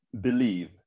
believe